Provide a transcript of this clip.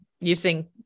using